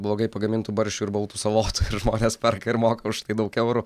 blogai pagamintų barščių ir baltų salotų ir žmonės perka ir moka už tai daug eurų